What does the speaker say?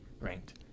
ranked